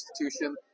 institution